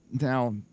Now